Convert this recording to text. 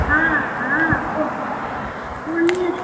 हँ हँ पू पूर्णिये